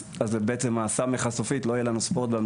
בסוף צריך את הלמעלה, את המשפך.